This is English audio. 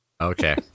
Okay